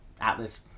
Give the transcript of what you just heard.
Atlas